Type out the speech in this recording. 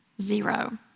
zero